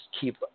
keep